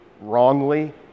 wrongly